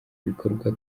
ibikorwa